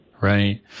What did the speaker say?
Right